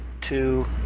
two